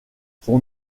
son